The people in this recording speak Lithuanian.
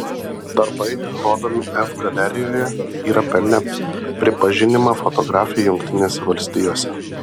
darbai rodomi f galerijoje yra pelnę pripažinimą fotografei jungtinėse valstijose